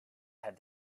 had